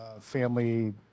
family